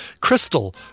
Crystal